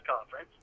conference